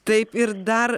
taip ir dar